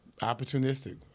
Opportunistic